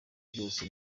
byose